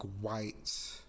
white